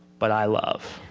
but i love.